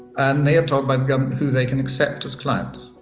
and they are told by the government who they can accept as clients